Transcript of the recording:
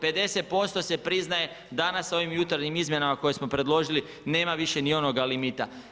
50% se priznaje, danas, ovim jutarnjim izmjenama koje smo predložili nema više onoga limita.